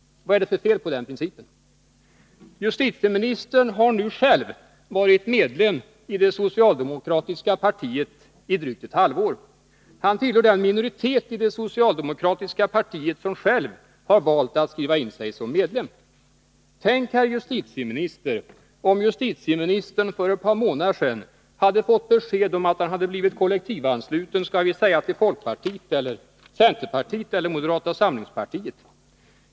Vad är det för fel på den principen? Justitieministern har nu själv varit medlem i det socialdemokratiska partiet i drygt ett halvår. Han tillhör den minoritet i det socialdemokratiska partiet som själv har valt att skriva in sig som medlemmar. Tänk, herr justitieminister, om justitieministern för ett par månader sedan hade fått besked om att han hade blivit kollektivansluten till folkpartiet eller centerpartiet eller moderata samlingspartiet!